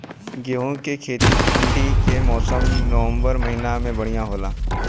गेहूँ के खेती ठंण्डी के मौसम नवम्बर महीना में बढ़ियां होला?